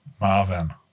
Marvin